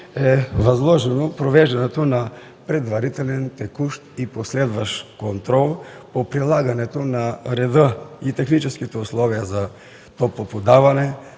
е възложено провеждането на предварителен, текущ и последващ контрол по прилагането на реда и техническите условия за топлоподаване,